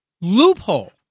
loophole